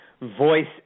voice